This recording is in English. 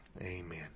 Amen